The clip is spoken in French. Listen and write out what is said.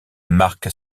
marc